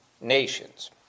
nations